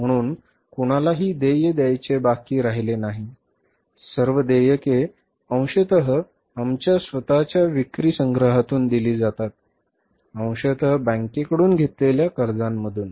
म्हणून कोणालाही देय द्यायचे बाकी राहिले नाही सर्व देयके अंशतः आमच्या स्वतःच्या विक्री संग्रहातून दिली जातात अंशतः बँकेकडून घेतलेल्या कर्जामधून